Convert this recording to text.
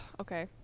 Okay